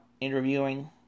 interviewing